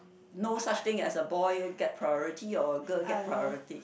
no such thing as a boy get priority or girl get priority